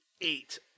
eight